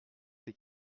ces